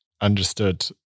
Understood